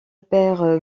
père